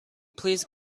please